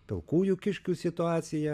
pilkųjų kiškių situacija